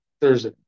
Thursday